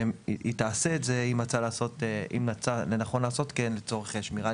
היא תעשה את זה אם תמצא לנכון לעשות כן לצורך שמירת